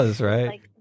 right